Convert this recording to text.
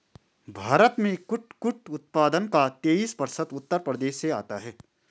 भारत में कुटकुट उत्पादन का तेईस प्रतिशत उत्तर प्रदेश से आता है